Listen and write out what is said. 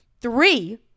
three